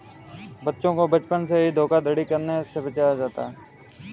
बच्चों को बचपन से ही धोखाधड़ी करने से बचाया जाता है